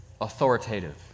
authoritative